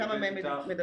כמה מהם מדווחים.